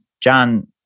John